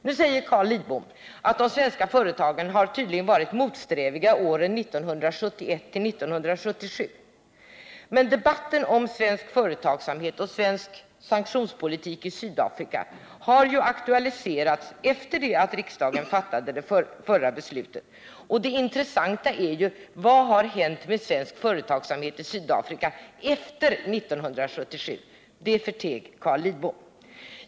Nu säger Carl Lidbom att de svenska företagarna varit motsträviga åren 1971-1977. Men debatten om svensk företagsamhet och svensk sanktionspolitik i Sydafrika har ju inte aktualiserats förrän efter det att riksdagen fattade det förra beslutet. Och det intressanta är ju: Vad har hänt med svensk företagsamhet i Sydafrika efter 1977? Det förteg Carl Lidbom.